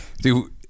Dude